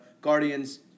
Guardians